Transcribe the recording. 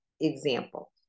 example